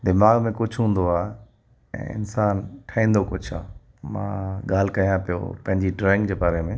दिमाग़ में कुझु हूंदो आ्हे ऐं इंसानु ठहंदो कुझु आहे मां ॻाल्हि कयां पियो पंहिंजी ड्राईंग जे बारे में